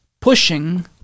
pushing